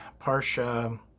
Parsha